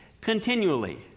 continually